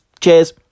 cheers